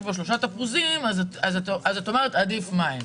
בו שלושה תפוזים אז את אומרת שעדיף מים.